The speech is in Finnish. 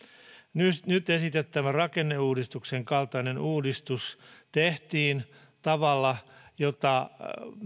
nyt nyt esitettävä rakenneuudistuksen kaltainen uudistus tehtiin tavalla jota